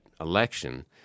election